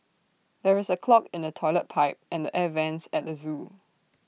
there is A clog in the Toilet Pipe and the air Vents at the Zoo